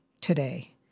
today